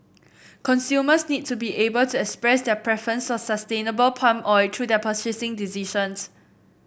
consumers need to be able to express their preference sustainable palm oil through their purchasing decisions